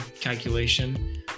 calculation